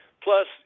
Plus